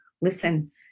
Listen